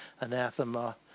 anathema